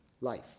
life